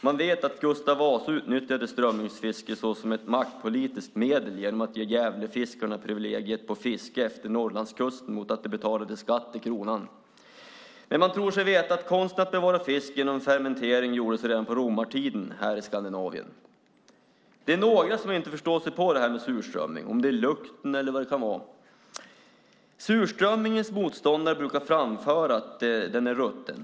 Man vet att Gustav Vasa utnyttjade strömmingsfiske som ett politiskt maktmedel genom att ge Gävlefiskarna privilegiet på fiske efter Norrlandskusten mot att de betalade skatt till kronan. Man tror sig veta att man redan på romartiden här i Skandinavien kunde konsten att bevara fisk genom fermentering. Det är några som inte förstår sig på det här med surströmming. Det kan kanske vara lukten. Surströmmingens motståndare brukar framföra att den är rutten.